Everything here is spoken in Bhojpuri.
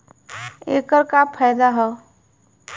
ऐकर का फायदा हव?